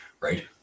right